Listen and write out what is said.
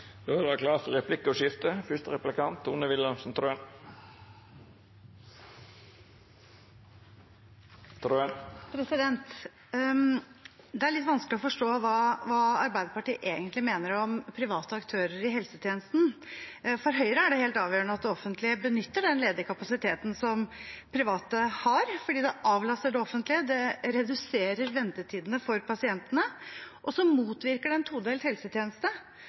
replikkordskifte. Det er litt vanskelig å forstå hva Arbeiderpartiet egentlig mener om private aktører i helsetjenesten. For Høyre er det helt avgjørende at det offentlige benytter den ledige kapasiteten som private har, fordi det avlaster det offentlige, det reduserer ventetiden for pasientene, og det motvirker en todelt helsetjeneste